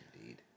Indeed